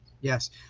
Yes